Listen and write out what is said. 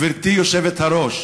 גברתי היושבת-ראש,